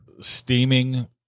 steaming